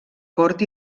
cort